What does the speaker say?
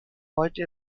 heute